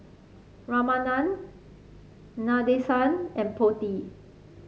Ramanand Nadesan and Potti